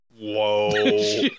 Whoa